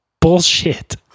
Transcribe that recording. bullshit